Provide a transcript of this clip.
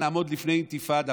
נעמוד לפני אינתיפאדה,